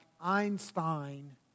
Einstein